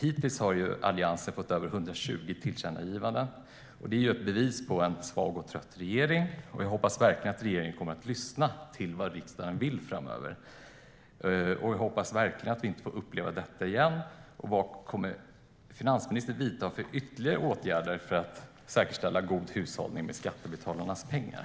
Hittills har Alliansen fått igenom över 120 tillkännagivanden, och det är bevis på en svag och trött regering. Jag hoppas verkligen att regeringen kommer att lyssna till vad riksdagen vill framöver och att vi inte får uppleva detta igen. Vad kommer finansministern att vidta för ytterligare åtgärder för att säkerställa god hushållning med skattebetalarnas pengar?